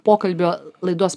pokalbio laidos